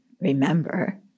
remember